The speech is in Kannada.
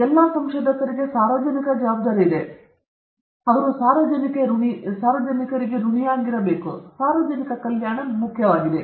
ಆದ್ದರಿಂದ ಅವರಿಗೆ ಸಾರ್ವಜನಿಕರ ಜವಾಬ್ದಾರಿ ಇದೆ ಅವರು ಸಾರ್ವಜನಿಕರಿಗೆ ಋಣಿಯಾಗಿದ್ದಾರೆ ಮತ್ತು ಸಾರ್ವಜನಿಕ ಕಲ್ಯಾಣ ಬಹಳ ಮುಖ್ಯವಾಗಿದೆ